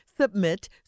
Submit